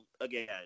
again